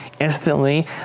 instantly